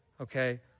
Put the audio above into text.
okay